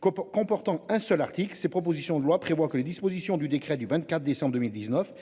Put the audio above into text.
que comportant un seul article, ces propositions de loi prévoit que les dispositions du décret du 24 décembre 2019